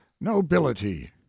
nobility